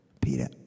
Peter